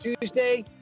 Tuesday